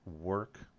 work